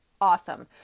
awesome